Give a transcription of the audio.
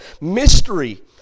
mystery